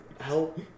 help